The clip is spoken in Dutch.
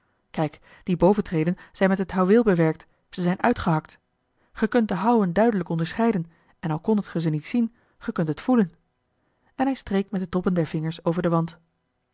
kijk die boventreden zijn met het houweel bewerkt ze zijn uitgehakt ge kunt de houwen duidelijk onderscheiden en al kondet ge ze niet zien ge kunt het voelen en hij streek met de toppen der vingers over den wand